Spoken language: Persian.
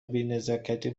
بینزاکتی